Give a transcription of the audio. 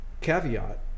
Caveat